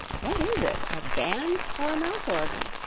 what is it, a band or a mouth-organ?